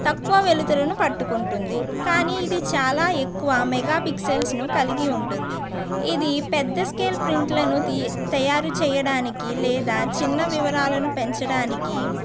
తక్కువ వెలుతురును పట్టుకుంటుంది కానీ ఇది చాలా ఎక్కువ మెగా ఫిక్సల్స్ ను కలిగి ఉంటుంది ఇది పెద్ద స్కేల్ ప్రింట్లను తి తయారు చేయడానికి లేదా చిన్న వివరాలను పెంచటానికి